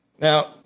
Now